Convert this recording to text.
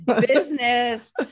business